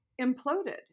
imploded